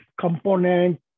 component